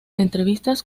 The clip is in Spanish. entrevistas